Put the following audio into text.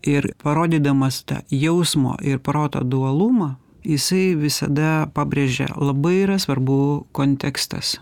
ir parodydamas tą jausmo ir proto dualumą jisai visada pabrėžia labai yra svarbu kontekstas